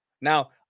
Now